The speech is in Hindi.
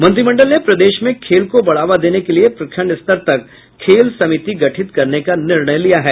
मंत्रिमंडल ने प्रदेश में खेल को बढ़ावा देने के लिए प्रखंड स्तर तक खेल समिति गठित करने का निर्णय लिया है